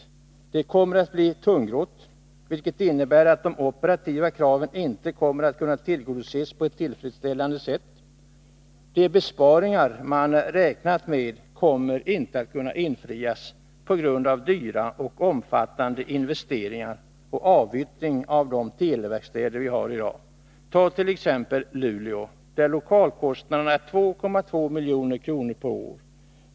Följden skulle bli att det blir tungrott, vilket innebär att de operativa kraven inte kommer att kunna tillgodoses på ett tillfredsställande sätt. De besparingar man räknat med kommer inte att kunna göras på grund av de dyra och omfattande investeringarna samt avyttringen av de televerkstäder vi har i dag. Som exempel kan tas Luleå där lokalkostnaderna är 2,2 milj.kr. perår.